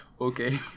okay